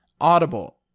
Audible